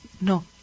No